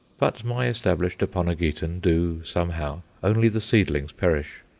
but my established aponogeton do somehow only the seedlings perish.